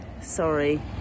sorry